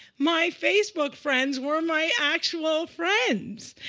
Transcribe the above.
my facebook friends were my actual friends.